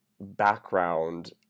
background